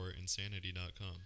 insanity.com